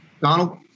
Donald